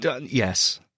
Yes